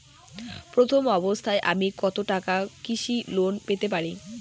প্রথম অবস্থায় আমি কত টাকা কৃষি লোন পেতে পারি?